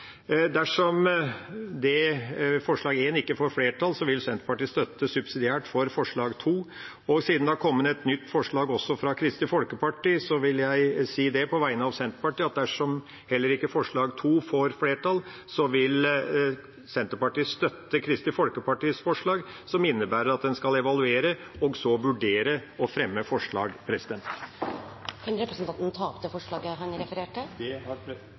Dersom forslag nr. 1 ikke får flertall, vil Senterpartiet stemme subsidiært for forslag nr. 2, og siden det også har kommet et nytt forslag, fra Kristelig Folkeparti, vil jeg på vegne av Senterpartiet si at dersom heller ikke forslag nr. 2 får flertall, vil Senterpartiet støtte Kristelig Folkepartis forslag, som innebærer at en skal evaluere og så vurdere å fremme forslag. Vil representanten ta opp det forslaget han refererte til? Det vil representanten. Representanten Per Olaf Lundteigen har